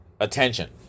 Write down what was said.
Attention